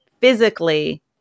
physically